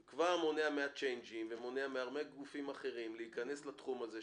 שעצם החוק כבר מונע מהצ'יינג'ים ומהרבה גופים אחרים להיכנס לתחום הזה,